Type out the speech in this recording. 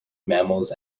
mammals